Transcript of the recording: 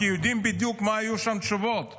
כי יודעים בדיוק מה יהיו התשובות שם.